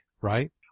right